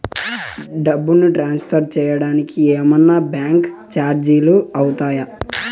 డబ్బును ట్రాన్స్ఫర్ సేయడానికి ఏమన్నా బ్యాంకు చార్జీలు అవుతాయా?